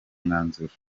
mwanzuro